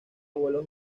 vuelos